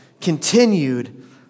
continued